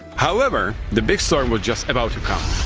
however, the big storm was just about to come!